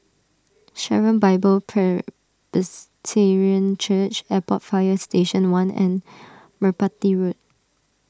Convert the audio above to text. Sharon Bible Presbyterian Church Airport Fire Station one and Merpati Road